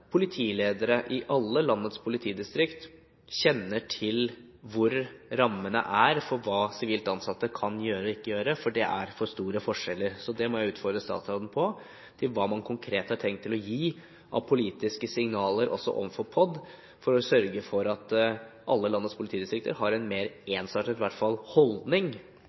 politiledere i alle landets politidistrikter kjenner til rammene for hva sivilt ansatte kan gjøre og ikke gjøre, for det er for store forskjeller. Det må jeg utfordre statsråden på: Hva har man konkret tenkt å gi av politiske signaler, også overfor POD, for å sørge for at alle landets politidistrikter i hvert fall har en mer ensartet